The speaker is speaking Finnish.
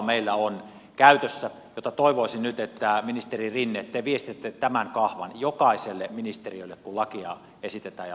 meillä on käytössä yksi kahva josta toivoisin nyt että ministeri rinne te viestitätte tämän kahvan jokaiselle ministeriölle kun lakia esitetään ja laaditaan